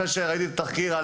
לאחר שראיתי את התחקיר,